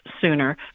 sooner